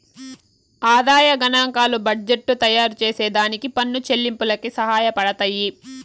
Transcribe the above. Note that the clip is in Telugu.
ఆదాయ గనాంకాలు బడ్జెట్టు తయారుచేసే దానికి పన్ను చెల్లింపులకి సహాయపడతయ్యి